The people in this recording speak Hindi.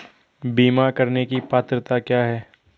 बीमा करने की पात्रता क्या है?